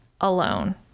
alone